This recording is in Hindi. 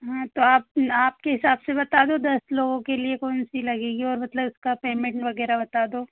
हाँ तो आप आपके हिसाब से बता दो दस लोगों के लिए कौनसी लगेगी और मतलब उसका पेमेंट वगैरह बता दो